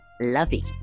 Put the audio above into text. lovey